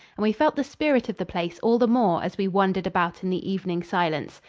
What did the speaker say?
and we felt the spirit of the place all the more as we wandered about in the evening silence.